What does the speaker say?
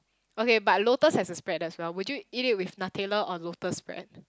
okay but lotus has a spread as well would you eat it with Nutella or lotus spread